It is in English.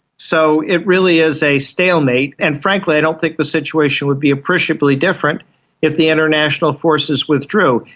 so it really is a stalemate, and frankly i don't think the situation would be appreciably different if the international forces withdrew.